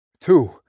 Two